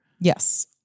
Yes